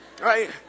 right